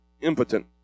impotent